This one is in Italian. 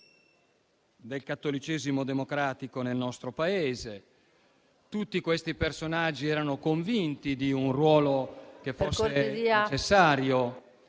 del cattolicesimo democratico nel nostro Paese. Tutti questi personaggi erano convinti che fosse necessario,